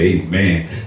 Amen